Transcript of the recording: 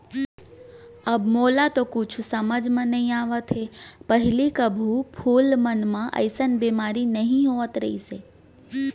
अब मोला तो कुछु समझ म नइ आवत हे, पहिली कभू फूल मन म अइसन बेमारी नइ होत रहिस